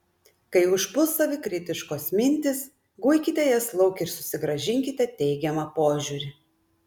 kai užpuls savikritiškos mintys guikite jas lauk ir susigrąžinkite teigiamą požiūrį